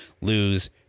Lose